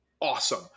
awesome